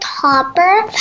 topper